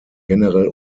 generell